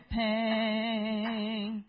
pain